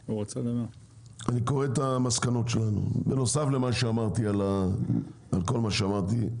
אני קורא את המסקנות שלנו בנוסף למה שאמרתי על כל מה שאמרתי.